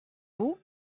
vous